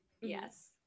Yes